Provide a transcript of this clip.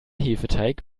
hefeteig